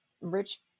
rich